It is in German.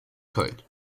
köln